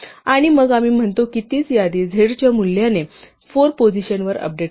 आणि मग आम्ही म्हणतो की तीच यादी z च्या मूल्याने 4 पोझिशनवर अपडेट करा